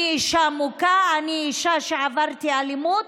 אני אישה מוכה, אני אישה שעברתי אלימות,